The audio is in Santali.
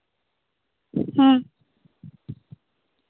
ᱦᱮᱸ